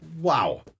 Wow